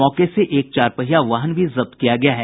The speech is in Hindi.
मौके से एक चारपहिया वाहन भी जब्त किया गया है